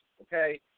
okay